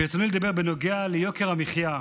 ברצוני לדבר בנוגע ליוקר המחיה.